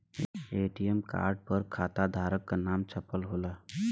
ATM card पर खाताधारक क नाम छपल होला